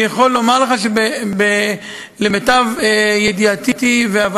אני יכול לומר לך שלמיטב ידיעתי והבנתי